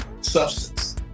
substance